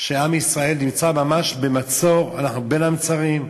שעם ישראל נמצא ממש במצור, אנחנו בין המצרים,